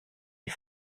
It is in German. die